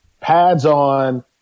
pads-on